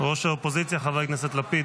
ראש האופוזיציה, חבר הכנסת לפיד.